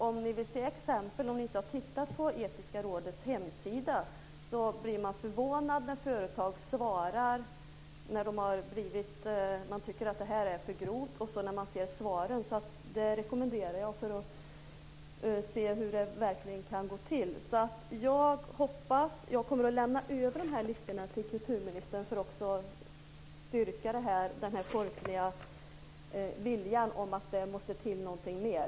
Om man tittar på Etiska rådets hemsidan blir man förvånad när man ser svaren från företagen när man har tyckt att något är för grovt. Jag rekommenderar en titt där för att se hur det verkligen kan gå till. Jag kommer att lämna över de här listorna till kulturministern för att styrka den här folkliga viljan om att det måste till någonting mer.